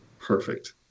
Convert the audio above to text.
Perfect